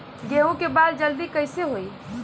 गेहूँ के बाल जल्दी कईसे होई?